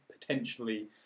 Potentially